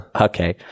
Okay